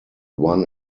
one